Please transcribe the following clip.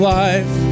life